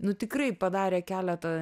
nu tikrai padarė keletą